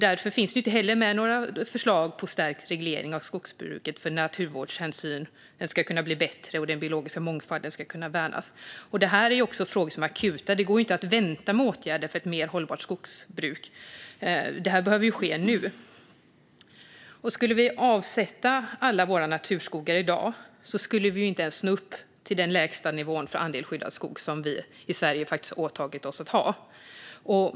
Därför finns det inte heller med några förslag om stärkt reglering av skogsbruket för att naturvårdshänsynen ska kunna bli bättre och den biologiska mångfalden värnas. Detta är frågor som är akuta. Det går inte att vänta med åtgärder för ett mer hållbart skogsbruk, utan detta behöver ske nu. Skulle vi avsätta alla våra naturskogar i dag skulle vi inte ens nå upp till den lägsta nivå för andel skyddad skog som vi i Sverige har åtagit oss att ha.